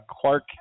Clark